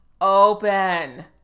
open